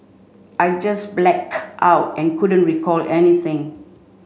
I just black out and couldn't recall anything